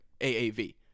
AAV